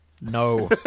No